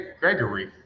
Gregory